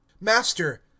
master